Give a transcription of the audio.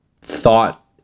thought